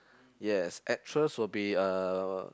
yes actress will be uh